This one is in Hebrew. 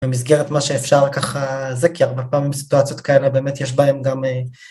במסגרת מה שאפשר ככה זה... כי הרבה פעמים בסיטואציות כאלה באמת יש בהם גם...